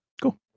Cool